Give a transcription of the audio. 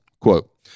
quote